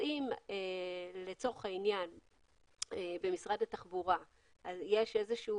אם לצורך העניין במשרד התחבורה יש איזשהו